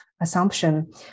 assumption